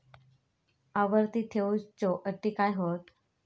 आवर्ती ठेव च्यो अटी काय हत?